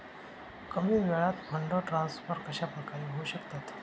कमी वेळात fund transfer कशाप्रकारे होऊ शकतात?